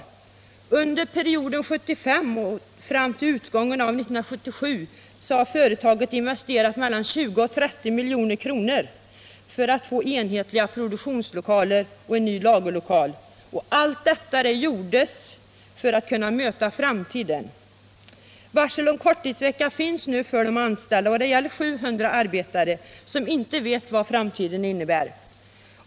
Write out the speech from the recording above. fr.o.m. 1975 fram till utgången av 1977 har företaget investerat mellan 20 och 30 milj.kr. för att få enhetliga produktionslokaler och en ny lagerlokal. Allt detta gjordes för att möta framtiden. Varsel om korttidsvecka finns nu för de anställda. Det gäller 700 arbetare som inte vet vad framtiden innebär.